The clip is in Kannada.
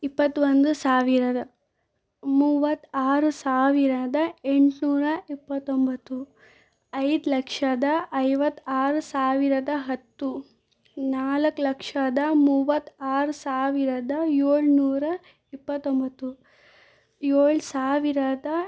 ಇಪ್ಪತ್ತ ಒಂದು ಸಾವಿರದ ಮೂವತ್ತ ಆರು ಸಾವಿರದ ಎಂಟ್ನೂರ ಇಪ್ಪತ್ತೊಂಬತ್ತು ಐದು ಲಕ್ಷದ ಐವತ್ತು ಆರು ಸಾವಿರದ ಹತ್ತು ನಾಲ್ಕು ಲಕ್ಷದ ಮೂವತ್ತು ಆರು ಸಾವಿರದ ಏಳ್ನೂರ ಇಪ್ಪತ್ತೊಂಬತ್ತು ಏಳು ಸಾವಿರದ